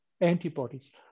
antibodies